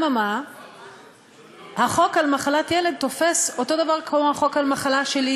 אבל החוק על מחלת ילד תופס אותו דבר כמו החוק על מחלה שלי,